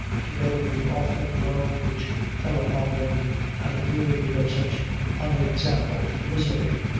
together with the awful blow which fell upon them at a period of such unexampled misery,